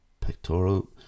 pectoral